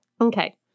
Okay